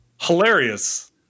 Hilarious